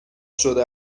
شده